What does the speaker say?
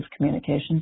communication